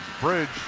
Bridge